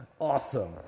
awesome